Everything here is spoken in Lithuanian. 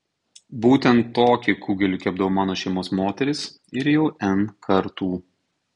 būtent tokį kugelį kepdavo mano šeimos moterys ir jau n kartų